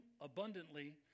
abundantly